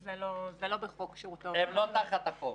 זה לא בחוק שירות --- הם לא תחת החוק.